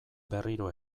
berriro